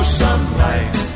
sunlight